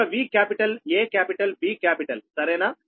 కనుక V capital A capital B capital సరేనా